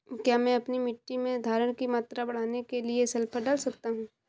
क्या मैं अपनी मिट्टी में धारण की मात्रा बढ़ाने के लिए सल्फर डाल सकता हूँ?